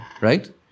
right